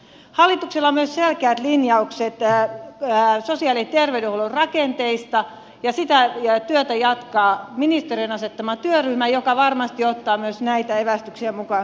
hallituksella on myös selkeät linjaukset sosiaali ja terveydenhuollon rakenteista ja sitä työtä jatkaa ministeriön asettama työryhmä joka varmasti ottaa myös näitä evästyksiä mukaan